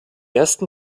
ersten